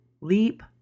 leap